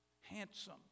handsome